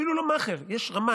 אפילו לא מאכער, יש רמאי.